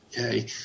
Okay